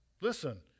Listen